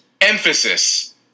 emphasis